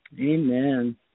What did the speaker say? Amen